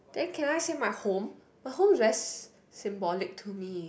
then can I say my home my home is very s~ symbolic to me